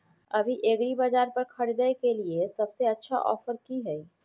अभी एग्रीबाजार पर खरीदय के लिये सबसे अच्छा ऑफर की हय?